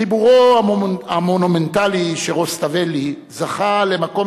חיבורו המונומנטלי של רוסתוולי זכה למקום